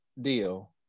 Deal